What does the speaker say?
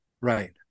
Right